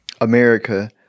America